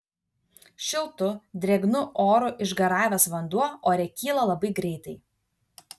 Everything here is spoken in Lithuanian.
šiltu drėgnu oru išgaravęs vanduo ore kyla labai greitai